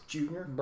Junior